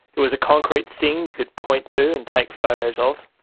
it was a concrete thing you could point to and take photos of.